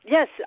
Yes